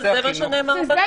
אבל זה מה שנאמר בנוסח.